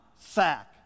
sack